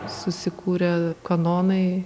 susikūrė kanonai